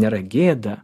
nėra gėda